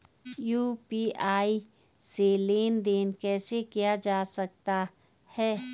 UPI से लेनदेन कैसे किया जा सकता है?